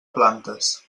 plantes